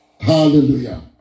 Hallelujah